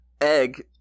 egg